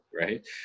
right